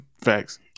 facts